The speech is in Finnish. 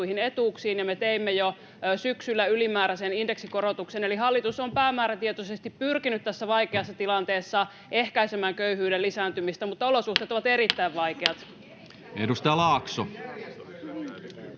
me teimme jo syksyllä ylimääräisen indeksikorotuksen, eli hallitus on päämäärätietoisesti pyrkinyt tässä vaikeassa tilanteessa ehkäisemään köyhyyden lisääntymistä, mutta olosuhteet ovat erittäin vaikeat. [Perussuomalaisten